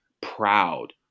proud